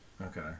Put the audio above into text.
Okay